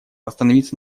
остановиться